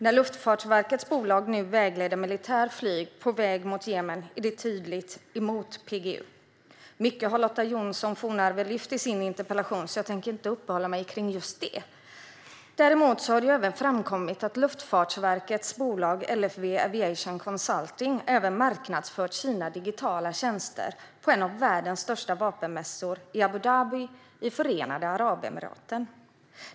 När Luftfartsverkets bolag nu vägleder militärt flyg på väg mot Jemen är det tydligt emot PGU. Lotta Johnsson Fornarve har lyft fram mycket i sin interpellation, så jag tänker inte uppehålla mig kring just det. Däremot har det framkommit att Luftfartsverkets bolag LFV Aviation Consulting även marknadsfört sina digitala tjänster på en av världens största vapenmässor i Abu Dhabi i Förenade Arabemiraten.